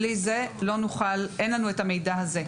בלי זה, אין לנו את המידע הזה.